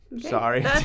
Sorry